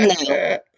No